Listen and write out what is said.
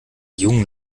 jungen